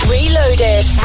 Reloaded